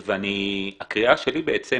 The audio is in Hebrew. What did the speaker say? והקריאה שלי בעצם